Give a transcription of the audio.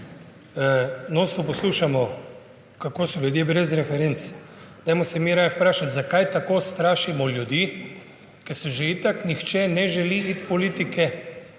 Nonstop poslušamo, kako so ljudje brez referenc. Dajmo se mi raje vprašati, zakaj tako strašimo ljudi, ker se že itak nihče ne želi iti politike.